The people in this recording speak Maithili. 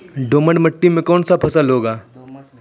दोमट मिट्टी मे कौन कौन फसल होगा?